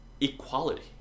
equality